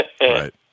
Right